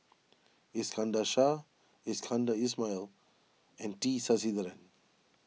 Iskandar Shah Iskandar Ismail and T Sasitharan